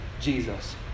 Jesus